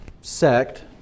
sect